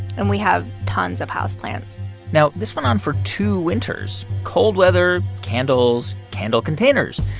and we have tons of houseplants now, this went on for two winters cold weather, candles, candle containers.